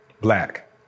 black